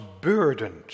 burdened